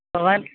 भवान्